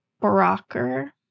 Broker